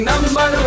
Number